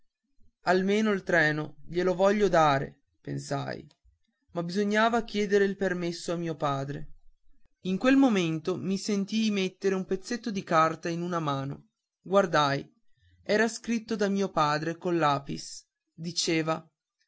almeno il treno glielo voglio dare pensai ma bisognava chiedere il permesso a mio padre in quel momento mi sentii mettere un pezzetto di carta in una mano guardai era scritto da mio padre col lapis diceva